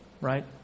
right